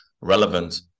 relevant